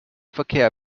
verkehr